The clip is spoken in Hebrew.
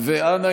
אנא,